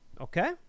Okay